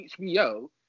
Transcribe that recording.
HBO